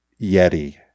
Yeti